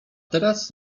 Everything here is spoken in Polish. teraz